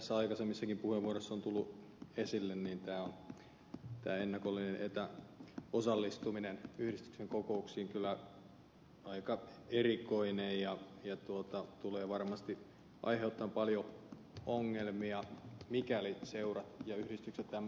niin kuin aikaisemmissakin puheenvuoroissa on tullut esille tämä ennakollinen etäosallistuminen yhdistyksen kokouksiin on kyllä aika erikoinen ja tulee varmasti aiheuttamaan paljon ongelmia mikäli seurat ja yhdistykset tällaiseen lähtevät